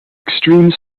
extreme